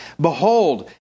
Behold